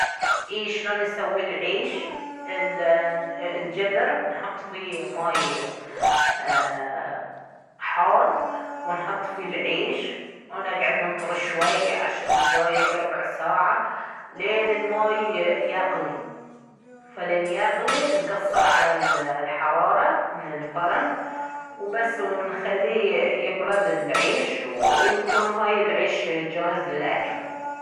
اي شلون نسوي العيش القدر نحط فيه ماي حار ونحط فيه العيش ونقعد ننطر شوي عشر دقايق ربع ساعة لين الماي يغلي فلين يغلي نقصر على الحرارة من الفرن وبس نخليه يبرد العيش ويكون هاي العيش جاهز للأكل